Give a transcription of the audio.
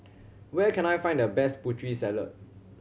where can I find the best Putri Salad